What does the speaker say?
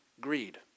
greed